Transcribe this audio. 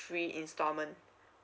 free installment